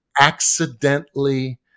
accidentally